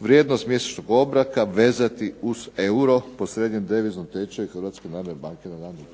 vrijednost mjesečnog obroka vezati uz euro po srednjem deviznom tečaju Hrvatske narodne banke na dan